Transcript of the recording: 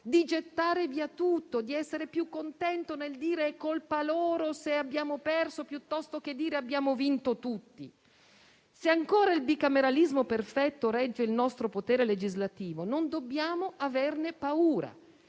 di gettare via tutto, di essere più contenti nel dire «è colpa loro se abbiamo perso» piuttosto che dire che abbiamo vinto tutti. Se ancora il bicameralismo perfetto regge il nostro potere legislativo non dobbiamo averne paura.